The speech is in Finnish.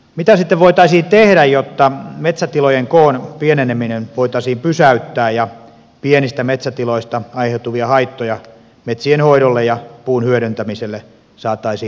mitä sitten voitaisiin tehdä jotta metsätilojen koon pieneneminen voitaisiin pysäyttää ja pienistä metsätiloista aiheutuvia haittoja metsien hoidolle ja puun hyödyntämiselle saataisiin vähennettyä